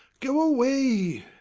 go away!